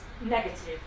negative